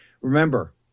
Remember